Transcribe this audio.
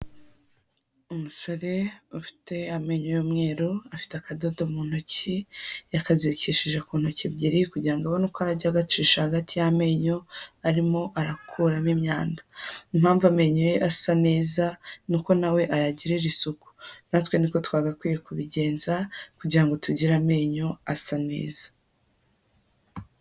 Umu umusa ufite amenyo y'umweru afite akadodo mu ntoki, yakazirikishije ku ntoki ebyiri kugira ngo abone uko arajya agacisha hagati y'amenyo arimo arakuramo imyanda, impamvu amenyo ye asa neza ni uko na we ayagirira isuku na twe niko twagakwiye kubigenza kugira ngo tugire amenyo asa neza.